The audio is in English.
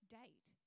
date